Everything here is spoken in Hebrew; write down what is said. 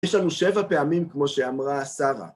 יש לנו שבע פעמים, כמו שאמרה שרה.